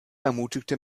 ermutigte